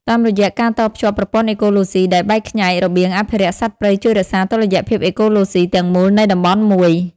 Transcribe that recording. តាមរយៈការតភ្ជាប់ប្រព័ន្ធអេកូឡូស៊ីដែលបែកខ្ញែក របៀងអភិរក្សសត្វព្រៃជួយរក្សា តុល្យភាពអេកូឡូស៊ី ទាំងមូលនៃតំបន់មួយ។